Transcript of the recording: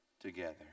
together